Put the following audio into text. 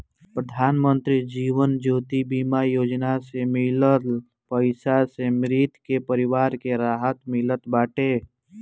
प्रधानमंत्री जीवन ज्योति बीमा योजना से मिलल पईसा से मृतक के परिवार के राहत मिलत बाटे